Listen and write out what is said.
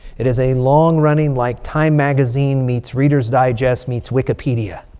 it is a long-running, like time magazine meets reader's digest meets wikipedia.